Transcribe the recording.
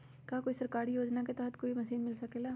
का कोई सरकारी योजना के तहत कोई मशीन मिल सकेला?